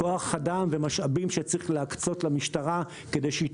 כוח אדם ומשאבים שצריך להקצות למשטרה כדי שהיא